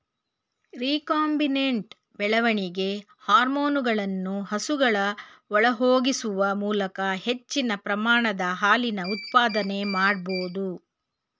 recombinant ಬೆಳವಣಿಗೆ ಹಾರ್ಮೋನುಗಳನ್ನು ಹಸುಗಳ ಒಳಹೊಗಿಸುವ ಮೂಲಕ ಹೆಚ್ಚಿನ ಪ್ರಮಾಣದ ಹಾಲಿನ ಉತ್ಪಾದನೆ ಮಾಡ್ಬೋದು